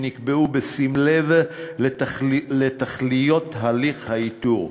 שנקבעו בשים לב לתכליות הליך האיתור.